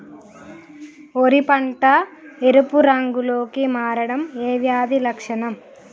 వరి పంట ఎరుపు రంగు లో కి మారడం ఏ వ్యాధి లక్షణం?